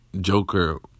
Joker